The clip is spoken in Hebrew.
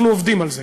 אנחנו עובדים על זה.